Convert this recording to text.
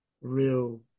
real